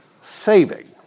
saving